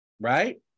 right